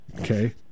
okay